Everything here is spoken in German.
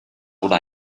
oder